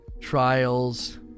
trials